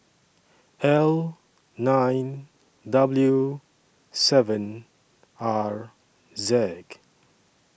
L nine W seven R Z